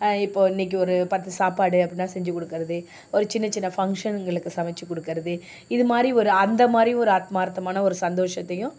இப்போ இன்னைக்கு ஒரு பத்து சாப்பாடு அப்படிலாம் செஞ்சு கொடுக்கறது ஒரு சின்ன சின்ன ஃபங்க்ஷனுங்களுக்கு சமைத்து கொடுக்கறது இது மாதிரி ஒரு அந்த மாதிரி ஒரு ஆத்மார்த்தமான ஒரு சந்தோஷத்தையும்